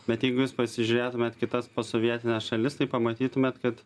bet jeigu jūs pasižiūrėtumėt kitas posovietines šalis tai pamatytumėt kad